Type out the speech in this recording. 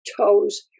toes